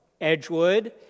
Edgewood